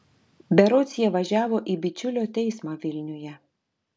berods jie važiavo į bičiulio teismą vilniuje